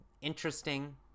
interesting